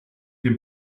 dem